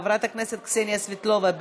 חברת הכנסת קסניה סבטלובה,